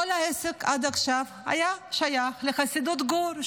עד עכשיו כל העסק היה שייך לחסידות גור,